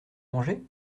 manger